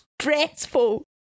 stressful